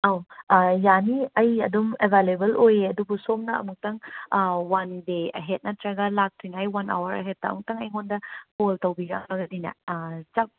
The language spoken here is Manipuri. ꯑꯧ ꯑꯥ ꯌꯥꯅꯤ ꯑꯩ ꯑꯗꯨꯝ ꯑꯦꯕꯥꯏꯂꯦꯕꯜ ꯑꯣꯏꯌꯦ ꯑꯗꯨꯕꯨ ꯁꯣꯝꯅ ꯑꯃꯨꯛꯇꯪ ꯋꯥꯟ ꯗꯦ ꯑꯍꯦꯗ ꯅꯠꯇ꯭ꯔꯒ ꯂꯥꯛꯇ꯭ꯔꯤꯉꯩ ꯋꯥꯟ ꯑꯥꯋꯔ ꯑꯍꯦꯗꯇ ꯑꯃꯨꯛꯇꯪ ꯑꯩꯉꯣꯟꯗ ꯀꯣꯜ ꯇꯧꯕꯤꯔꯑꯒꯗꯤꯅꯦ